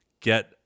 Get